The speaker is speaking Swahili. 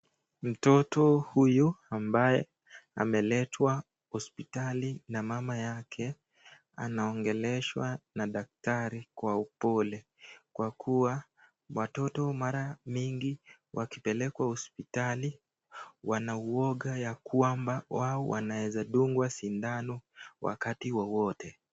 Mtoto huyu ambaye ameletwa hospitali na mama yake, anaongeleshwa na daktari kwa upole. Kwa kuwa watoto mara mingi wakipelekwa hospitali, wana uoga ya kwamba wao wanaweza dungwa sindano wakati wowote.